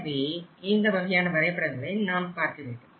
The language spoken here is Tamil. எனவே இந்த வகையான வரைபடங்களை நாம் பார்க்க வேண்டும்